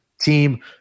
team